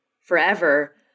forever